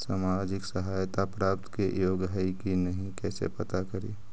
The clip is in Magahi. सामाजिक सहायता प्राप्त के योग्य हई कि नहीं कैसे पता करी?